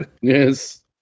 Yes